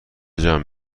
جمع